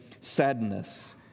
sadness